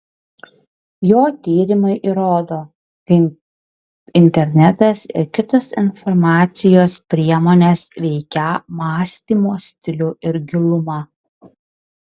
jo tyrimai įrodo kaip internetas ir kitos informacijos priemonės veikią mąstymo stilių ir gilumą